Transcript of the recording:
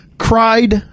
cried